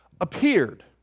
appeared